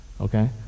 okay